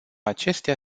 acestea